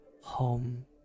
home